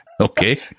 Okay